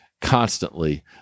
constantly